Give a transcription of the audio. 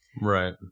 Right